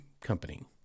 company